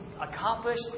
accomplished